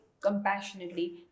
compassionately